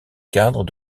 cadre